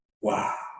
Wow